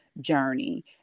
journey